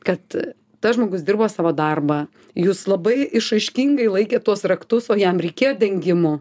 kad tas žmogus dirba savo darbą jūs labai išraiškingai laikėt tuos raktus o jam reikėjo dengimo